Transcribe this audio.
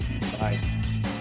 Bye